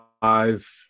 five